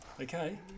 Okay